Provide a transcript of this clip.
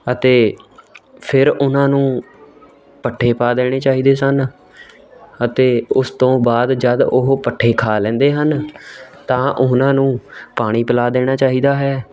ਅਤੇ ਫਿਰ ਉਹਨਾਂ ਨੂੰ ਪੱਠੇ ਪਾ ਦੇਣੇ ਚਾਹੀਦੇ ਸਨ ਅਤੇ ਉਸ ਤੋਂ ਬਾਅਦ ਜਦ ਉਹ ਪੱਠੇ ਖਾ ਲੈਂਦੇ ਹਨ ਤਾਂ ਉਹਨਾਂ ਨੂੰ ਪਾਣੀ ਪਿਲਾ ਦੇਣਾ ਚਾਹੀਦਾ ਹੈ